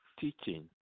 teaching